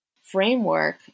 framework